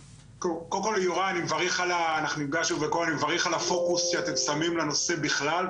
קודם כל יוראי אני מברך על הפוקוס שאתם שמים לנושא בכלל,